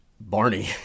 Barney